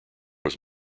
was